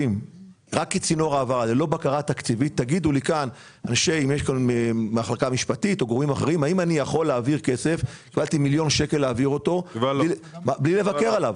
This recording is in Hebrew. השאלה היא אם אני יכול להעביר כסף בלי לבקר עליו.